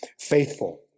faithful